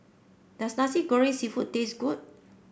does Nasi Goreng seafood taste good